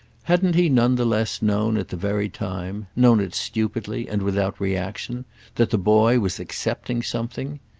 hadn't he none the less known at the very time known it stupidly and without reaction that the boy was accepting something?